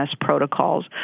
protocols